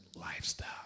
lifestyle